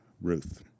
Ruth